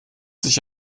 sich